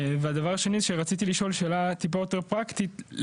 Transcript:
והדבר השני שרציתי לשאול שאלה טיפה יותר פרקטית.